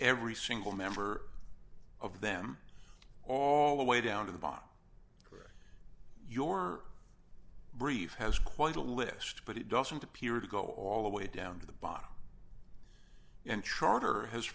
every single member of them all the way down to the bottom your brief has quite a list but it doesn't appear to go all the way down to the bot and charter has